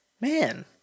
Man